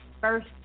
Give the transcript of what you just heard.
first